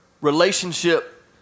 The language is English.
Relationship